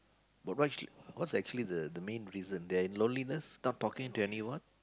but actu~ what's actually the the main reason they are in loneliness stop talking to anyone